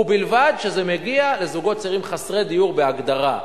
ובלבד שזה מגיע לזוגות צעירים חסרי דיור בהגדרה.